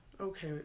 okay